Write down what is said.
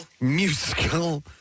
musical